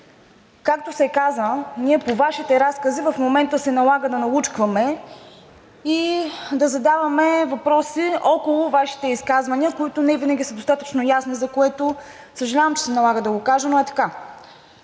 Както се каза, ние по Вашите разкази в момента се налага да налучкваме и да задаваме въпроси около Вашите изказвания, които не винаги са достатъчно ясни, за което, съжалявам, че се налага до го кажа, но е така.